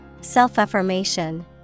Self-affirmation